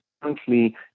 Currently